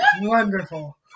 Wonderful